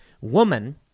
Woman